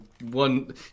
one